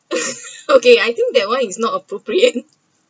okay I think that one is not appropriate